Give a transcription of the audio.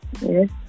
Yes